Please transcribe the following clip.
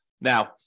Now